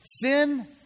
Sin